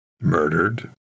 murdered